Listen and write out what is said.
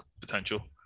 potential